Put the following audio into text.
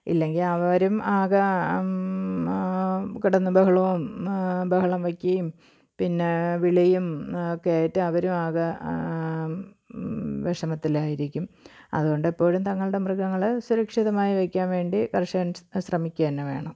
ഇല്ലെങ്കിൽ അവരും ആകെ കിടന്ന് ബഹളവും ബഹളം വയ്ക്കുകയും പിന്നെ വിളിയും ഒക്കെ ആയിട്ട് അവരും ആകെ വിഷമത്തിലായിരിക്കും അതുകൊണ്ട് എപ്പോഴും തങ്ങളുടെ മൃഗങ്ങളെ സുരക്ഷിതമായി വയ്ക്കാൻ വേണ്ടി കർഷകർ ശ്രമിക്കുക തന്നെ വേണം